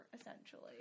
essentially